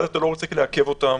ואז אתה לא רוצה לעכב אותם,